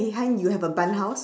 behind you have a barn house